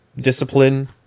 discipline